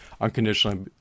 unconditionally